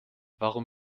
warum